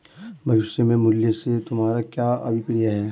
भविष्य के मूल्य से तुम्हारा क्या अभिप्राय है?